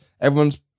everyone's